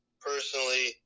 personally